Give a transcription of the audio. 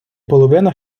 половина